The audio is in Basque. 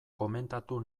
komentatu